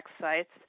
sites